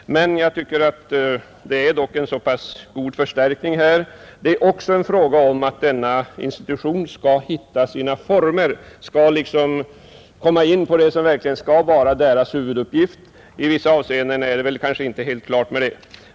Det har dock skett en tämligen god förstärkning här, och det är också en fråga om att denna institution skall hitta sina former och komma in på vad som skall vara dess huvuduppgift. I vissa avseenden är det kanske inte helt klart med det.